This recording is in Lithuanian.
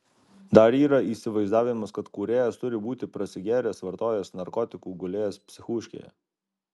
dar yra įsivaizdavimas kad kūrėjas turi būti prasigėręs vartojęs narkotikų gulėjęs psichūškėje